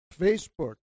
Facebook